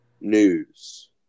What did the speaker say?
News